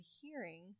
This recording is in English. hearing